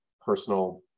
personal